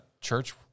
Church